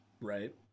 Right